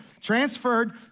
Transferred